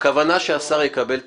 שהשר יקבל את